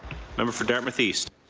um for dartmouth east.